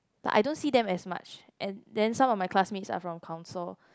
but I don't see them as much and then some of my classmates are from council